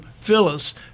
Phyllis